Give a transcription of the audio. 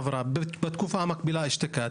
בתקופה המקבילה אשתקד